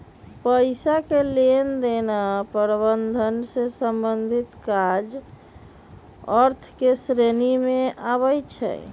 पइसा के लेनदेन आऽ प्रबंधन से संबंधित काज अर्थ के श्रेणी में आबइ छै